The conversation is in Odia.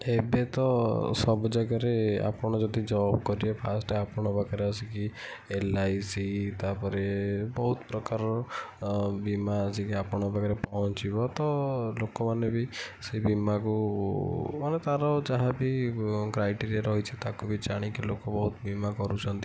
ଏବେ ତ ସବୁ ଜାଗାରେ ଆପଣ ଯଦି ଜବ୍ କରିବେ ଫାଷ୍ଟ୍ ଆପଣଙ୍କ ପାଖରେ ଆସି କି ଏଲ୍ ଆଇ ସି ତା'ପରେ ବହୁତ ପ୍ରକାରର ବୀମା ଆସି କି ଆପଣଙ୍କ ପାଖରେ ଆସିକି ପହଞ୍ଚିବ ତ ଲୋକମାନେ ବି ସେ ବୀମାକୁ ମାନେ ତା'ର ଯାହା ବି କ୍ରାଇଟେରିୟା ରହିଛି ତାକୁ ଜାଣି ବି ବହୁତ ଲୋକ ବହୁତ ବୀମା କରୁଛନ୍ତି